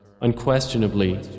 Unquestionably